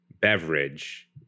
beverage